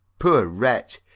poor wretch,